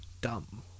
dumb